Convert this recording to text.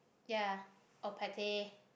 ya or pate